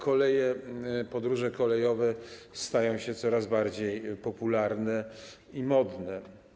Koleje, podróże kolejowe stają się coraz bardziej popularne i modne.